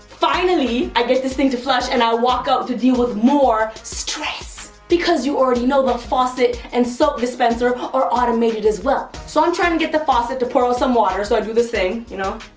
finally, i get this thing to flush and i walk out to deal with more stress. because you already know the faucet and soap dispenser are automated as well. so, i'm trying to get the faucet to pour out some water, so i do this thing, you know,